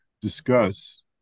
discuss